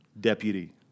deputy